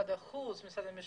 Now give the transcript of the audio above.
את משרד החוץ, את משרד המשפטים.